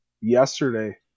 yesterday